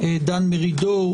דן מרידור,